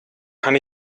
kann